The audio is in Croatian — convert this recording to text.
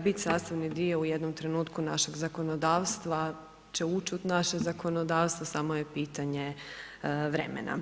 bit sastavni dio u jednom trenutku našeg zakonodavstva, će uć' u naše zakonodavstvo, samo je pitanje vremena.